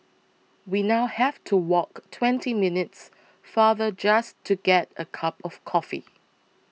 we now have to walk twenty minutes farther just to get a cup of coffee